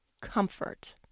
Comfort